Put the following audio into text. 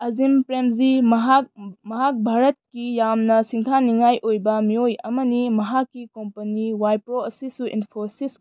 ꯑꯖꯤꯝ ꯄ꯭ꯔꯦꯝꯖꯤ ꯃꯍꯥꯛ ꯚꯥꯔꯠꯀꯤ ꯌꯥꯝꯅ ꯁꯤꯡꯊꯥꯅꯤꯡꯉꯥꯏ ꯑꯣꯏꯕ ꯃꯤꯑꯣꯏ ꯑꯃꯅꯤ ꯃꯍꯥꯛꯀꯤ ꯀꯣꯝꯄꯅꯤ ꯋꯥꯏꯞꯄ꯭ꯔꯣ ꯑꯁꯤꯁꯨ ꯏꯟꯐꯣꯁꯤꯁ